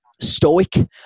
stoic